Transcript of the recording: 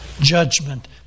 judgment